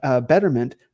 betterment